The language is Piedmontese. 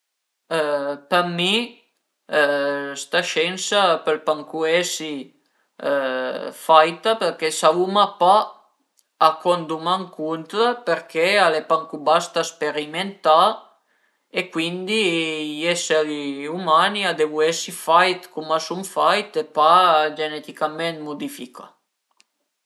Për mi sta sciensa a pöl pancù esi fait perché savuma pa a co anduma ëncuntra perché al e pancù basta sperimentà e cuindi i esseri umani a devu esi fait cum a sun fait e pa geneticament mudificà